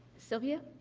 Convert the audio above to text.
sylvia? ah,